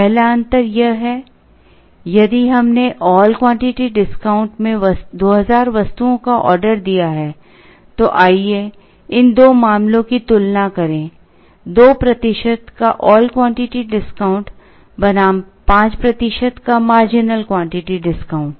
पहला अंतर यह है यदि हमने ऑल क्वांटिटी डिस्काउंट में 2000 वस्तुओं का ऑर्डर दिया है तो आइए इन दो मामलों की तुलना करें 2 प्रतिशत का ऑल क्वांटिटी डिस्काउंट बनाम 5 प्रतिशत का मार्जिनल क्वांटिटी डिस्काउंट